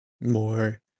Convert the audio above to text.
more